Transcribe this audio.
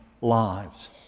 lives